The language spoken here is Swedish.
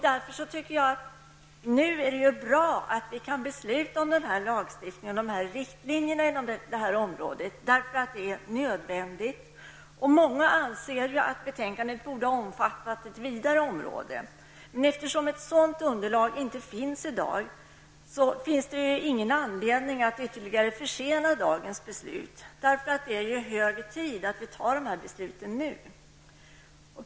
Därför är det bra att vi nu kan besluta om lagstiftning och riktlinjer inom detta område; det är nödvändigt. Många anser att betänkandet borde ha omfattat ett vidare område. Eftersom det inte finns underlag för sådant i dag, finns det inte anledning att ytterligare försena beslutet. Det är hög tid att nu fatta beslut.